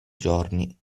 giorni